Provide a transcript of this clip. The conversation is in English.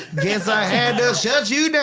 guess i had to shut you and